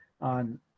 on